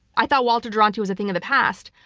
i thought walter duranty was a thing of the past.